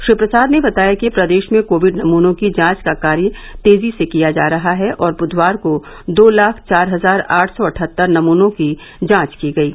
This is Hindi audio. श्री प्रसाद ने बताया कि प्रदेश में कोविड नमूनों की जांच का कार्य तेजी से किया जा रहा है और बुधवार को दो लाख चार हजार आठ सौ अठहत्तर नमूनों की जांच की गयी